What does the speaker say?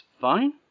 fine